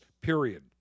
period